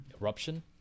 Eruption